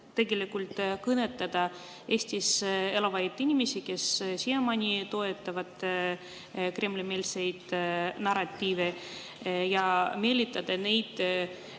kuidas kõnetada Eestis elavaid inimesi, kes siiamaani toetavad Kremli-meelseid narratiive, ja meelitada neid